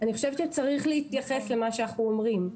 אני חושבת שצריך להתייחס למה שאנחנו אומרים,